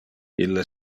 ille